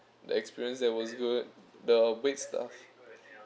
the experience there was good the wait stuff